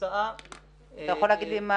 אתה יכול לומר לי?